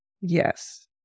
Yes